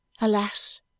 Alas